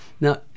Now